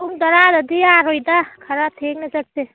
ꯄꯨꯡ ꯇꯔꯥꯗꯗꯤ ꯌꯥꯔꯣꯏꯗ ꯈꯔ ꯊꯦꯡꯅ ꯆꯠꯁꯤ